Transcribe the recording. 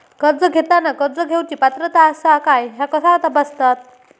कर्ज घेताना कर्ज घेवची पात्रता आसा काय ह्या कसा तपासतात?